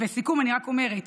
לסיכום אני רק אומרת